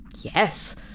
Yes